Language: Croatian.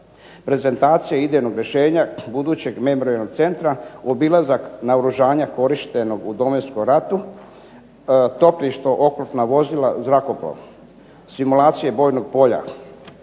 prezentacija idejnog rješenja budućeg memorijalnog centra, obilazak naoružanja korištenog u Domovinskom ratu, topništvo, oklopna vozila, zrakoplov, simulacije bojnog polja